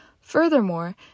Furthermore